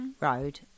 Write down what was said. Road